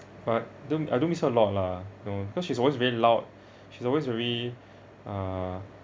but don't I don't miss her a lot lah no because she's always very loud she's always very uh